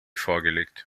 vorgelegt